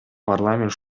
парламент